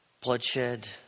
Bloodshed